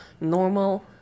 Normal